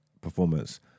performance